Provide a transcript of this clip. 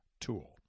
tool